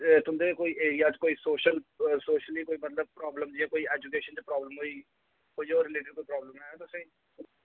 एह् तुं'दे कोई एरिया च कोई सोशल सोशली कोई प्रॉब्लम जे कोई एजूकेशन दी प्रॉब्लम होई कोई होर रिलेटेड प्रॉब्लम ऐ तुसें ई